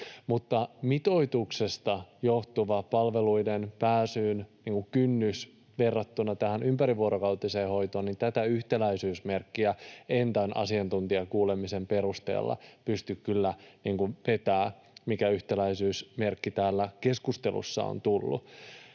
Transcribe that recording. Mutta mitoituksesta johtuva palveluihin pääsyn kynnys verrattuna tähän ympärivuorokautiseen hoitoon: tätä yhtäläisyysmerkkiä en tämän asiantuntijakuulemisen perusteella pysty kyllä vetämään, mikä täällä keskustelussa on tullut.